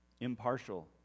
impartial